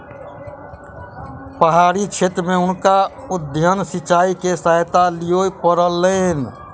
पहाड़ी क्षेत्र में हुनका उद्वहन सिचाई के सहायता लिअ पड़लैन